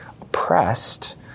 oppressed